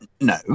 No